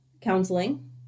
counseling